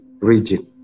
region